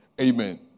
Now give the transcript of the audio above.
Amen